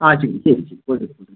ആ ശരി ശരി ശരി പോയിട്ട് വരൂ